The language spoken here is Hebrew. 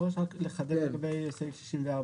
הצבעה סעיף 85(54)